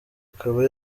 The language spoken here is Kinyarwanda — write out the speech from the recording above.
akaba